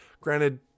Granted